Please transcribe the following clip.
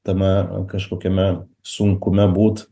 tame kažkokiame sunkume būt